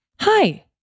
Hi